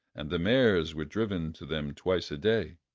and the mares were driven to them twice a day.